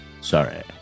sorry